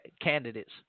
candidates